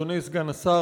אדוני השר,